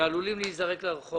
שעלולים להיזרק לרחוב.